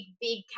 big